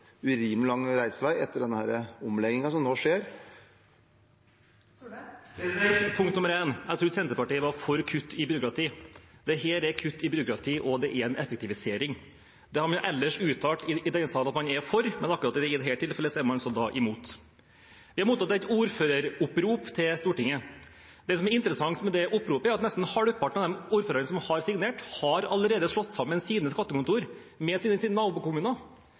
urimelig lang reisevei etter denne omleggingen som nå skjer? Punkt nr. 1: Jeg trodde at Senterpartiet var for kutt i byråkratiet. Dette er kutt i byråkratiet, og det er en effektivisering. Det har man ellers uttalt i denne sal at man er for, men akkurat i dette tilfellet er man altså imot. Det er mottatt et ordføreropprop her i Stortinget. Det som er interessant med det oppropet, er at nesten halvparten av de ordførerne som har signert, allerede har slått sammen sitt skattekontor med